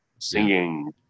singing